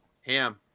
Ham